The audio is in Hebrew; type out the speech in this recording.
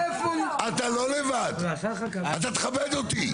אתה תכבד אותי.